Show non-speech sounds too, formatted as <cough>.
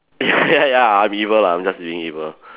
<laughs> ya ya I'm evil lah I'm just being evil